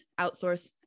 outsource